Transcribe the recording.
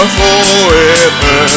forever